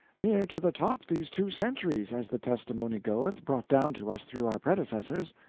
near to the top, these two centuries, as the testimony goeth, brought down to us through our predecessors.